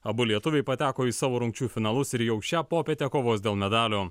abu lietuviai pateko į savo rungčių finalus ir jau šią popietę kovos dėl medalių